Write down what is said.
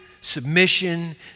Submission